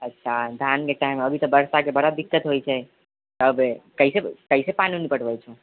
अच्छा धान के टाइम अभी तऽ वर्षा के बड़ा दिक्कत होइ छै तब कैसे कैसे पानि पटैबै